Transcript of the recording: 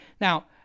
Now